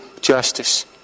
justice